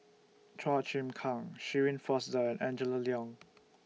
Chua Chim Kang Shirin Fozdar and Angela Liong